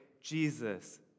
Jesus